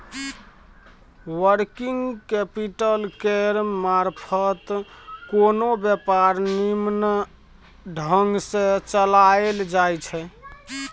working capital केर मारफत कोनो व्यापार निम्मन ढंग सँ चलाएल जाइ छै